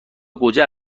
گوجه